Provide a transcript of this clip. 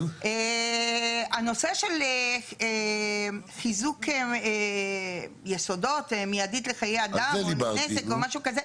הנושא של חיזוק יסודות עם סכנה מיידית לחיי אדם או נזק,